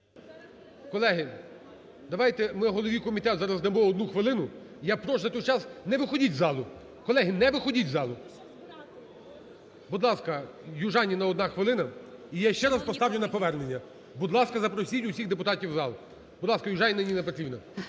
Колеги, давайте ми голові комітету зараз дамо 1 хвилину. Я прошу за той час не виходить з залу, колеги, не виходіть з залу. Будь ласка, Южаніна, одна хвилина. І я ще раз поставлю на повернення. Будь ласка, запросіть усіх депутатів в зал. Будь ласка, Южаніна Ніна Петрівна.